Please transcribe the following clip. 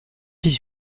dix